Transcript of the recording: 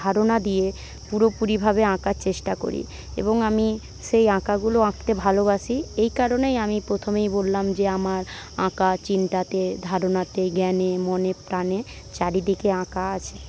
ধারণা দিয়ে পুরোপুরিভাবে আঁকার চেষ্টা করি এবং আমি সেই আঁকাগুলো আঁকতে ভালোবাসি এই কারণেই আমি প্রথমেই বললাম যে আমার আঁকা চিন্তাতে ধারণাতে জ্ঞানে মনে প্রাণে চারিদিকে আঁকা আছে